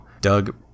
Doug